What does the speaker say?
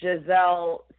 Giselle